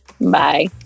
Bye